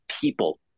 people